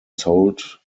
sold